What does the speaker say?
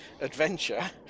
adventure